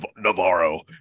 Navarro